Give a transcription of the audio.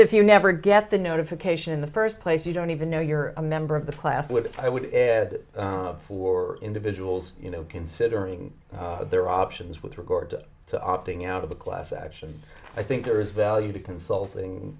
if you never get the notification in the first place you don't even know you're a member of the class with i would add for individuals you know considering their options with regard to opting out of the class action i think there is value to consulting